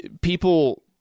People